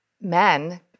men